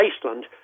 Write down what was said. Iceland